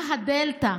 מה הדלתא?